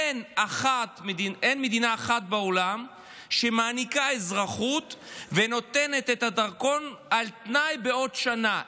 אין מדינה אחת בעולם שמעניקה אזרחות ונותנת את הדרכון על תנאי בעוד שנה.